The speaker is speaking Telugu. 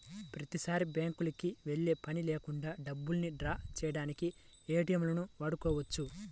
ప్రతిసారీ బ్యేంకుకి వెళ్ళే పని లేకుండా డబ్బుల్ని డ్రా చేయడానికి ఏటీఎంలను వాడుకోవచ్చు